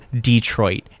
Detroit